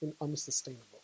unsustainable